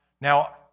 Now